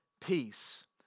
peace